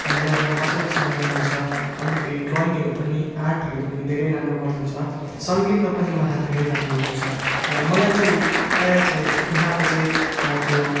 हामीलाई मजाले सम्झाउनु हुन्छ अन्त फेरि ड्रयिङहरू पनि आर्टहरू पनि धेरै राम्रो गर्नुहुन्छ सङ्गीतमा पनि उहाँ धेरै राम्रो हुनुहुन्छ र मलाई चाहिँ प्रायः चाहिँ उहाँको चाहिँ त्यो